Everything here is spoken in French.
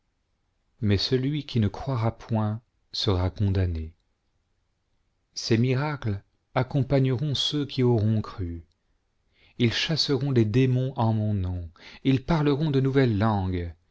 mais celui qui ne croira point sera condamné ces miracles accompagneront ceux qui auront cru ils chasseront les démons en mon nom ils parleront de nouvelles langues